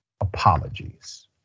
apologies